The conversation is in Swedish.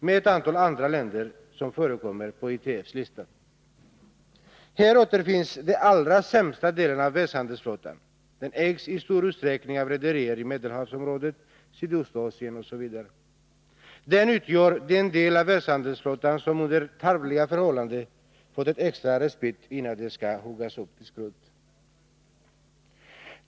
Men också en antal andra länder förekommer på ITF:s lista. Här återfinns den allra sämsta delen av världshandelsflottan, som i stor utsträckning ägs av rederier i Medelhavsområdet, Sydostasien osv. Den utgör den del av världshandelsflottan som under tarvliga förhållanden fått en extra respit innan den skall huggas till skrot.